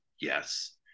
yes